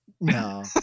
No